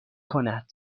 کند